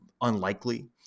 unlikely